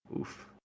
Oof